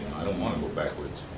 i don't wanna go backwards.